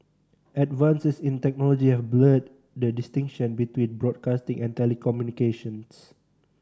advances in technology have blurred the distinction between broadcasting and telecommunications